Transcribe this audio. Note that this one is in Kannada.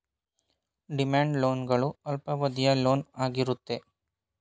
ಡಿಮ್ಯಾಂಡ್ ಲೋನ್ ಗಳು ಅಲ್ಪಾವಧಿಯ ಲೋನ್ ಆಗಿರುತ್ತೆ